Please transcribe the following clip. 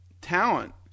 talent